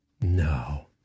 no